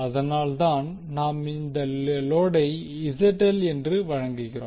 அதனால் தான் நாம் இங்கே லோடை ZL என்று வழங்குகிறோம்